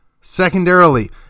Secondarily